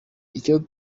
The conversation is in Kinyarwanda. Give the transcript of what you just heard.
icyo